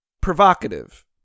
Provocative